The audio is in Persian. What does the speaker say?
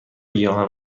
گیاهان